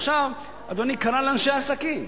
עכשיו, אדוני, קרה לאנשי עסקים,